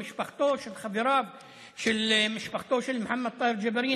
מישהו חושב שאפשר להפחיד את אחמד חליפה או מוחמד טאהר ג'בארין,